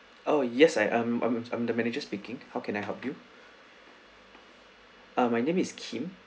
oh yes I am I'm mm I'm the manager speaking how can I help you uh my name is kim